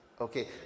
Okay